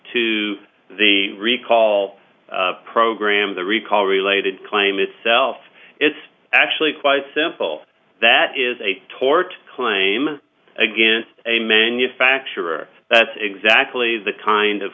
to the recall program the recall related claim itself it's actually quite simple that is a tort claim against a manufacturer that's exactly the kind of